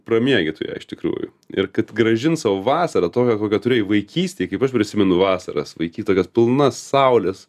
pramiegi tu ją iš tikrųjų ir kad grąžint sau vasarą tokią kokią turėjai vaikystėj kaip aš prisimenu vasaras vaiky tokias pilnas saulės